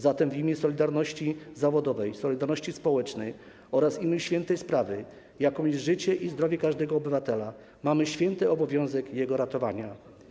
Zatem w imię solidarności zawodowej, solidarności społecznej oraz w imię świętej sprawy, jaką jest życie i zdrowie każdego obywatela, mamy święty obowiązek jego ratowania.